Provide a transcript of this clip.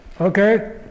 Okay